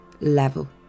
level